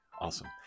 Awesome